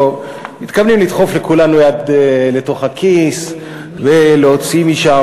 מתכוונים לדחוף לכולנו יד לתוך הכיס ולהוציא משם,